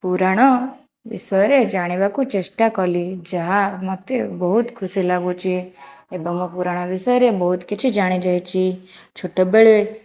ପୁରାଣ ବିଷୟରେ ଜାଣିବାକୁ ଚେଷ୍ଟା କଲି ଯାହା ମୋତେ ବହୁତ ଖୁସି ଲାଗୁଛି ଏବଂ ମୁଁ ପୁରାଣ ବିଷୟରେ ବହୁତ କିଛି ଜାଣିଯାଇଛି ଛୋଟବେଳେ